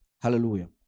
Hallelujah